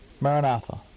Maranatha